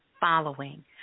following